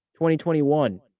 2021